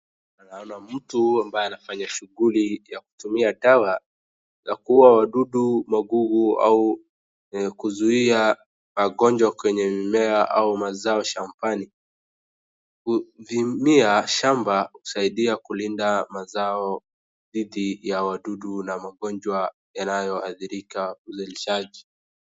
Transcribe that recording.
Naona mtu ambaye anafanya shughuli ya kutumia dawa ya kuua wadudu, magugu au kuzuia magonjwa kwenye mimea au mazao shambani. Kuvimia shamba usaidia kulinda mazao dhidi ya wadudu na magonjwa yanayoadhirisha uzalishaji.